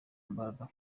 mbaraga